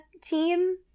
team